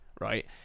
right